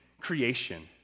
creation